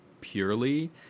purely